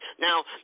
Now